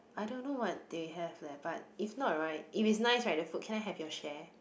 I don't know what they have leh but if not right if it's nice right the food can I have your share